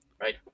Right